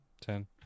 ten